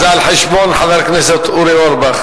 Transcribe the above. זה על חשבון חבר הכנסת אורי אורבך.